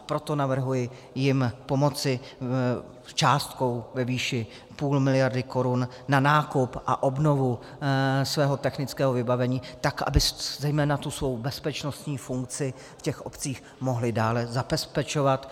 Proto navrhuji jim pomoci částkou ve výši půl miliardy korun na nákup a obnovu svého technického vybavení, tak aby zejména tu svou bezpečnostní funkci v obcích mohly dále zabezpečovat.